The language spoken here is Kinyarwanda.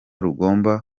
rugomba